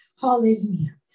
Hallelujah